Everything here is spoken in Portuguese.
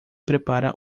prepara